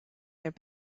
their